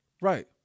Right